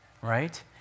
right